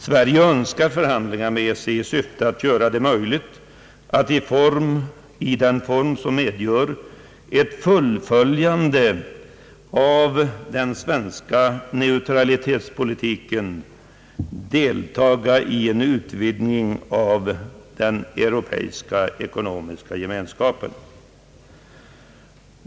Sverige önskar förhandlingar med EEC i syfte att göra det möjligt att, i en form som medger ett fullföljande av den svenska neutralitetspolitiken, deltaga i en utvidgning av den europeiska ekonomis ka gemenskapen.